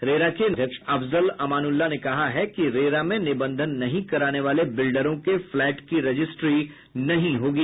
RERA के अध्यक्ष अफजल अमानुल्लाह ने कहा है कि रेरा में निबंधन नहीं कराने वाले बिल्डरों के फ्लैट की रजिस्ट्री नहीं होगी